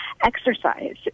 Exercise